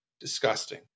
disgusting